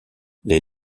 les